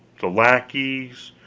the lackeys,